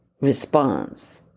response